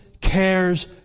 cares